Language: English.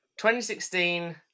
2016